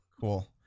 cool